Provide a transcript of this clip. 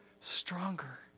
stronger